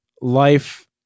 life